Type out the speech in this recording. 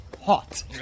hot